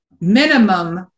minimum